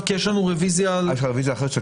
זאת רוויזיה אחרת.